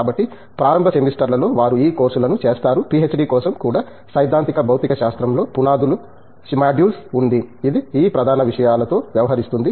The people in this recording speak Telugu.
కాబట్టి ప్రారంభ సెమిస్టర్లలో వారు ఈ కోర్సులను చెస్తారు పిహెచ్డి కోసం కూడా సైద్ధాంతిక భౌతిక శాస్త్రంలో పునాదుల మాడ్యూల్ ఉంది ఇది ఈ ప్రధాన విషయాల తో వ్యవహరిస్తుంది